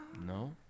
No